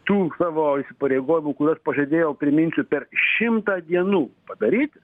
tų savo įsipareigojimų kuriuos pažadėjo priminsiu per šimtą dienų padaryti